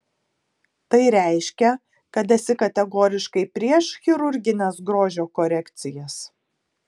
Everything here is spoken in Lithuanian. tai reiškia kad esi kategoriškai prieš chirurgines grožio korekcijas